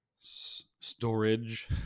storage